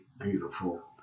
beautiful